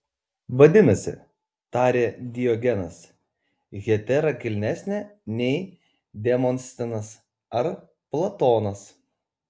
vadinasi tarė diogenas hetera kilnesnė nei demostenas ar platonas